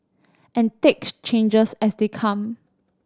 and take changes as they come